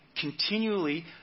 continually